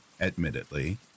admittedly